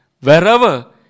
Wherever